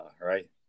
right